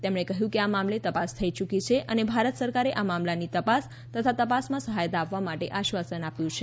તેમણે કહ્યું કે આ મામલે તપાસ શરૂ થઇ યૂકી છે અને ભારત સરકારે આ મામલાની તપાસ તથા તપાસમાં સહાયતા આપવા માટે આશ્વાસન આપ્યું છે